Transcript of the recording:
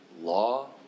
law